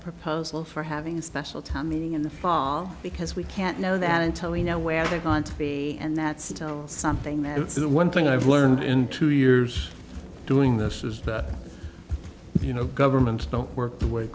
proposal for having a special town meeting in the fall because we can't know that until we know where they're going to be and that's something that's one thing i've learned in two years doing this is that you know governments don't work the way